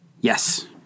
Yes